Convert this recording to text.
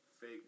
fake